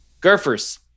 Gurfers